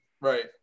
Right